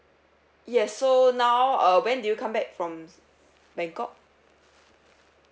yes so now uh when did you come back from bangkok